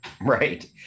Right